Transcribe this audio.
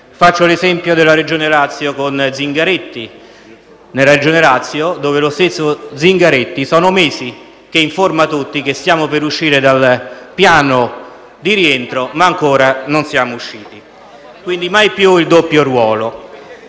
faccio l'esempio della Campania, con De Luca, e della Regione Lazio, dove lo stesso Zingaretti da mesi informa tutti che stiamo per uscire dal piano di rientro, ma ancora non siamo usciti. Quindi, mai più il doppio ruolo.